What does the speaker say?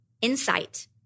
insight